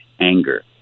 anger